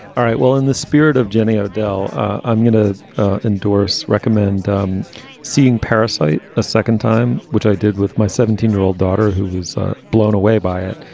all right. well, in the spirit of jenny odelle, i'm going to endorse recommend um seeing parasyte a second time, which i did with my seventeen year old daughter who was blown away by it.